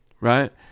right